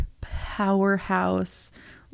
powerhouse